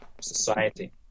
society